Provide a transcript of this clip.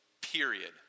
period